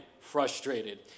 frustrated